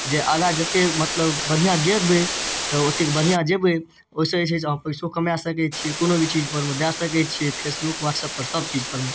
जे आगा जते मतलब बढिआँ गेबै तऽ ओतेक बढिआँ जेबै ओइ सँ जे छै अहाँ पैसो कमा सकै छियै कोनो भी चीजपर मे ओ दए सकै छियै फेसबुक व्हाट्सअपपर सबचीजपर मे